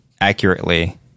accurately